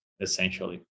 essentially